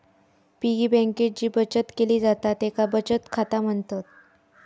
piggy बँकेत जी बचत केली जाता तेका बचत खाता म्हणतत